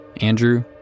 Andrew